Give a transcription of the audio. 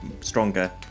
stronger